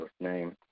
name